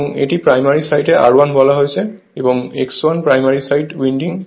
এবং এটি প্রাইমারি সাইডে R1 বলা হয়েছে এবং X1 প্রাইমারি সাইড উইন্ডিং